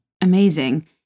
amazing